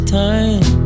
time